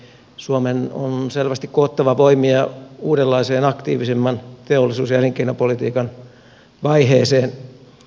suomen on selvästi koottava voimia uudenlaiseen aktiivisemman teollisuus ja elinkeinopolitiikan vaiheeseen